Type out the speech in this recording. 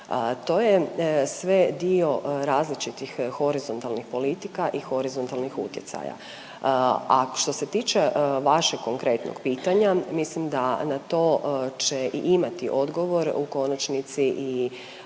to je sve dio različitih horizontalnih politika i horizontalnih utjecaja. A što se tiče vašeg konkretnog pitanja, mislim da na to će i imati odgovor u konačnici i